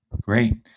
Great